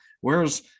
Whereas